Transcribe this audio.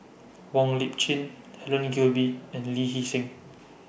Wong Lip Chin Helen Gilbey and Lee Hee Seng